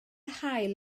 haul